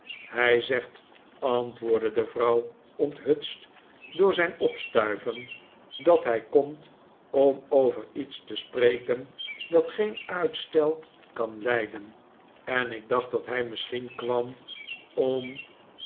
hij zegt antwoordde de vrouw onthutst door zijn opstuiven dat hij komt om over iets te spreken dat geen uitstel kan lijden en ik dacht dat hij misschien kwam om